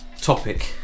topic